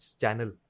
channel